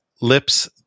Lip's